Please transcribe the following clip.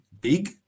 Big